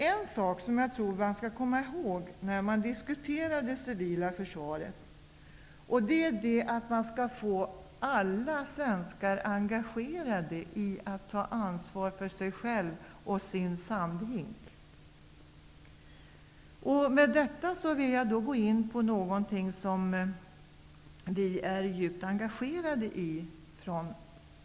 En sak tror jag dock att vi skall tänka på när det civila försvaret diskuteras, nämligen att det är viktigt att få alla svenskar engagerade när det gäller att ta ansvar för sig själv och för den egna sandhinken. Med detta som bakgrund vill jag gå in på en sak som vi i försvarsutskottet är djupt engagerade i.